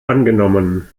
angenommen